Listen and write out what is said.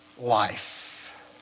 life